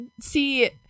see